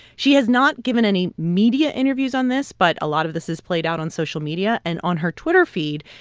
she has not given any media interviews on this. but a lot of this has played out on social media. and on her twitter feed,